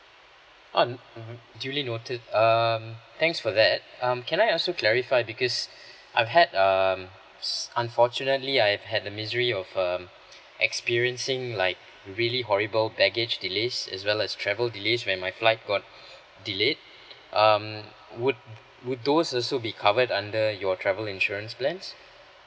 um mmhmm duly noted um thanks for that um can I ask you clarify because I've had um unfortunately I had the misery of um experiencing like really horrible baggage delays as well as travel delays when my flight got delayed um would would those also be covered under your travel insurance plans